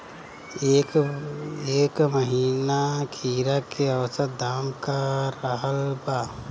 एह महीना खीरा के औसत दाम का रहल बा?